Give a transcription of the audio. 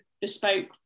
bespoke